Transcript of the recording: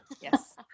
Yes